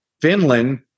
Finland